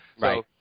Right